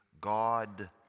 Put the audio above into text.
God